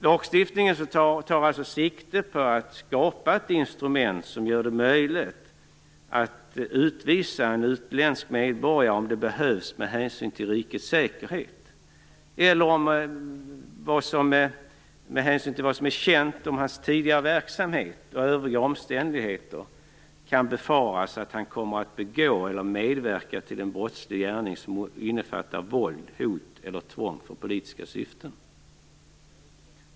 Lagstiftningen tar alltså sikte på att skapa ett instrument som gör det möjligt att utvisa en utländsk medborgare om det behövs med hänsyn till rikets säkerhet eller om det med hänsyn till vad som är känt om hans tidigare verksamhet och övriga omständigheter kan befaras att han kommer att begå eller att medverka till en brottslig gärning som innefattar våld, hot eller tvång för politiska syften.